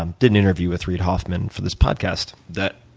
um did an interview with reid hoffman for this podcast that